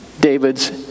David's